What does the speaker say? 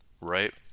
right